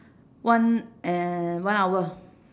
one eh one hour